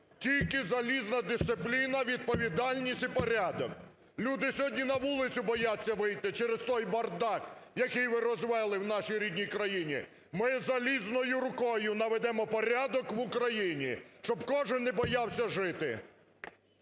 Тільки залізна дисципліна, відповідальність і порядок. Люди сьогодні на вулицю бояться вийти через той бардак, який ви розвели в нашій рідній країні. Ми залізною рукою наведемо порядок в Україні, щоб кожен не боявся жити.